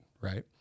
right